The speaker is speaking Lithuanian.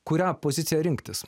kurią poziciją rinktis